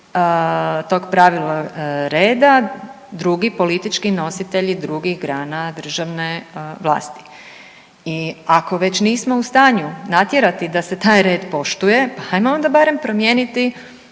tog pravila, reda drugi politički nositelji drugih grana državne vlasti. I ako već nismo u stanju natjerati da se taj red poštuje, pa ajmo barem onda promijeniti